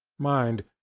mind!